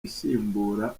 isimbura